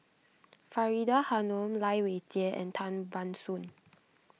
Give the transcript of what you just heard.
Faridah Hanum Lai Weijie and Tan Ban Soon